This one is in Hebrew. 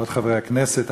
כבוד חברי הכנסת,